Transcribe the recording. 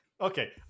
okay